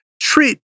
treat